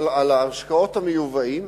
על המשקאות המיובאים